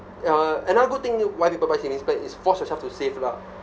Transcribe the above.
uh another good thing why do people buy savings plan is force yourself to save lah